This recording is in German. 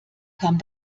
kam